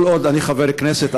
כל עוד אני חבר כנסת,